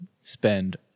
spend